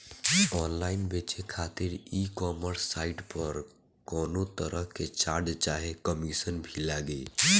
Online बेचे खातिर e commerce site पर कौनोतरह के चार्ज चाहे कमीशन भी लागी?